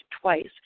twice